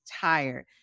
tired